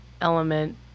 element